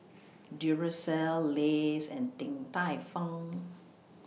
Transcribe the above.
Duracell Lays and Din Tai Fung